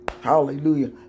Hallelujah